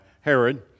Herod